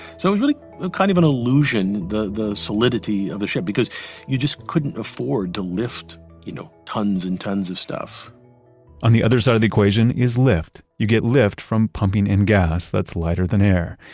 so it was really kind of an illusion, the the solidity of the ship, because you just couldn't afford to lift you know tons and tons of stuff on the other side of the equation is lift. you get lift from pumping in gas that's lighter than air.